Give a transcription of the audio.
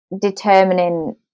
determining